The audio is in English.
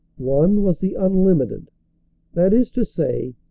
one was the unlimited that is to say,